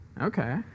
Okay